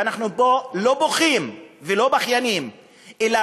ואנחנו פה לא בוכים ולא בכיינים אלא